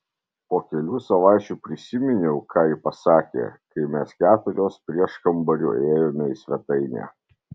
po kelių savaičių prisiminiau ką ji pasakė kai mes keturios prieškambariu ėjome į svetainę